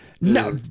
No